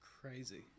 crazy